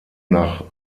nach